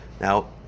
Now